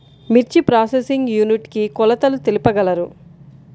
మిర్చి processing unit కి కొలతలు తెలుపగలరు?